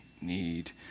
need